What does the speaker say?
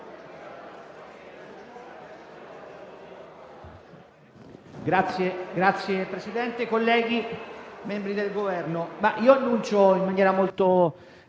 Signor Presidente, colleghi, membri del Governo, annuncio in maniera molto